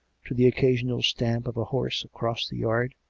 to the occasional stamp of a horse across the yard,